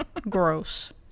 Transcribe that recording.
gross